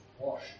wash